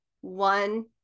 one